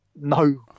no